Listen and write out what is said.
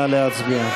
נא להצביע.